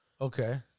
okay